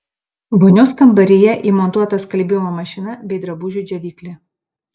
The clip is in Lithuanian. vonios kambaryje įmontuota skalbimo mašina bei drabužių džiovyklė